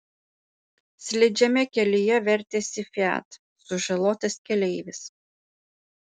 slidžiame kelyje vertėsi fiat sužalotas keleivis